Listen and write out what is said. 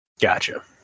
gotcha